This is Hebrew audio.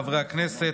חברי הכנסת,